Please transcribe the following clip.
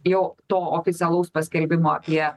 jau to oficialaus paskelbimo apie